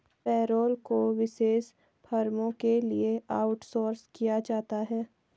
payroll को विशेष फर्मों के लिए आउटसोर्स किया जाता है